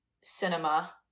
cinema